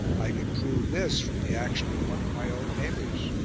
i can prove this from the action of one of my own neighbours.